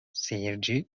seyirci